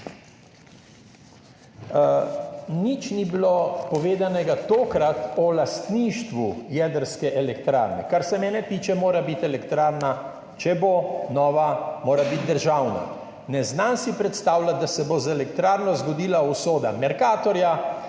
Nič ni bilo povedanega, tokrat, o lastništvu jedrske elektrarne. Kar se mene tiče, mora biti elektrarna, če bo nova, državna. Ne znam si predstavljati, da se bo z elektrarno zgodila usoda Mercatorja